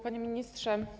Panie Ministrze!